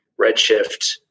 Redshift